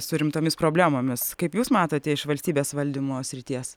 su rimtomis problemomis kaip jūs matote iš valstybės valdymo srities